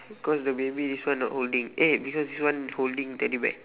because the baby this one not holding eh because this one holding teddy bear